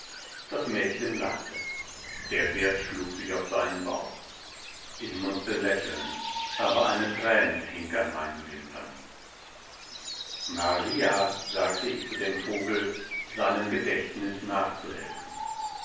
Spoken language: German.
das mädchen lachte der wirt schlug sich auf seinen bauch ich mußte lächeln aber eine träne hing an meinen wimpern maria sagte ich zu dem vogel seinem gedächtnis nachzuhelfen